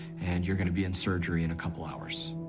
and you're gonna be in surgery in a couple of hours.